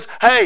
hey